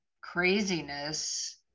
craziness